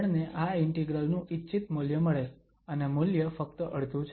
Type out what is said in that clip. આપણને આ ઇન્ટિગ્રલ નું ઈચ્છિત મૂલ્ય મળે અને મૂલ્ય ફક્ત અડધું છે